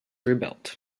rebuilt